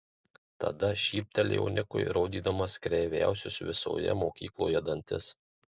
tada šyptelėjo nikui rodydamas kreiviausius visoje mokykloje dantis